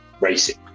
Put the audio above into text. racing